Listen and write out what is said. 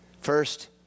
First